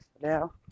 now